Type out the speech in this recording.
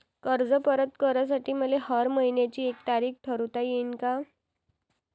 कर्ज परत करासाठी मले हर मइन्याची एक तारीख ठरुता येईन का?